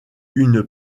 une